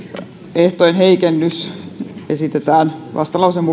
työehtojen heikennys esitetään vastalauseen